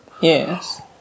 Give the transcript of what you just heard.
Yes